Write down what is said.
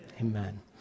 Amen